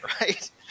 Right